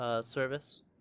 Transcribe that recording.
service